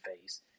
face